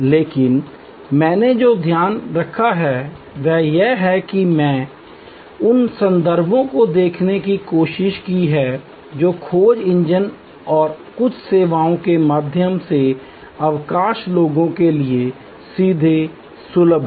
लेकिन मैंने जो ध्यान रखा है वह यह है कि मैंने उन संदर्भों को देखने की कोशिश की है जो खोज इंजन और कुछ सेवाओं के माध्यम से अधिकांश लोगों के लिए सीधे सुलभ हैं